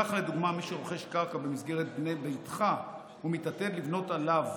כך לדוגמה מי שרוכש קרקע במסגרת בנה ביתך ומתעתד לבנות עליו